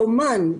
האומן,